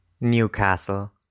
Newcastle